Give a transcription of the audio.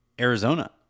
Arizona